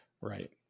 right